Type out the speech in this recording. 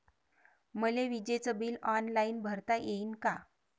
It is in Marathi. मले विजेच बिल ऑनलाईन भरता येईन का?